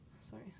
Sorry